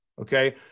okay